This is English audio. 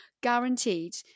Guaranteed